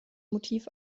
motiv